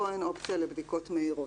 פה אין אופציה לבדיקות מהירות,